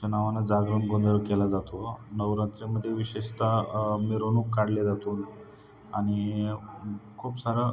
च्या नावानं जागरण गोंधळ केला जातो नवरात्रीमध्ये विशेषतः मिरवणूक काढल्या जातो आणि उ खूप सारं